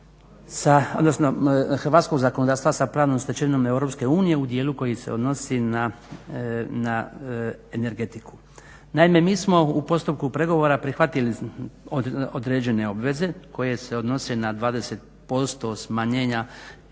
hrvatskog zakonodavstva sa pravnom stečevinom EU u dijelu koji se odnosi na energetiku. Naime, mi smo u postupku pregovora prihvatili određene obveze koje se odnose na 20% smanjenja emisije